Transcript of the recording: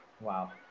Wow